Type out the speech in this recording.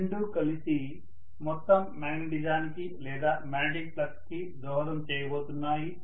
ఈ రెండూ కలిసి మొత్తం మ్యాగ్నెటిజానికి లేదా మ్యాగ్నెటిక్ ఫ్లక్స్ కి దోహదం చేయబోతున్నాయి